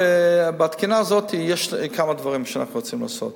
בתקינה הזו יש כמה דברים שאנחנו רוצים לעשות.